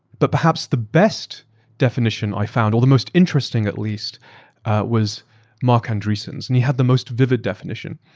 but perhaps the best definition i found all the most interesting at least was marc andreessen's and he had the most vivid definition.